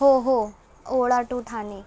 हो हो ओला टू ठाणे